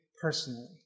personally